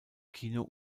kino